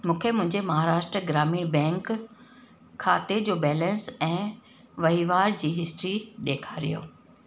मूंखे मुंहिंजे महाराष्ट्र ग्रामीण बैंक खाते जो बैलेंस ऐं वहिंवार जी हिस्ट्री ॾेखारियो